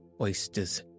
oysters